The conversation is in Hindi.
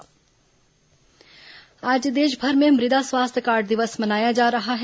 मृदा स्वास्थ्य कार्ड आज देशभर में मृदा स्वास्थ्य कार्ड दिवस मनाया जा रहा है